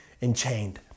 enchained